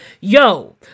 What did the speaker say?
yo